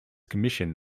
commission